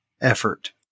effort